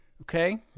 Okay